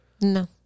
No